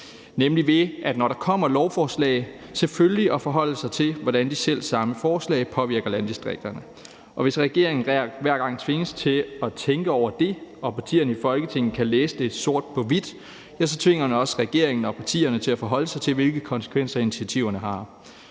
nemlig ved at man, når der kommer nogle lovforslag, selvfølgelig også forholder sig til, hvordan de selv samme forslag påvirker landdistrikterne, og hvis regeringen hver gang tvinges til at tænke over det og de i partierne i Folketinget kan læse det sort på hvidt, tvinger man dem også til at forholde sig til, hvilke konsekvenser initiativerne har.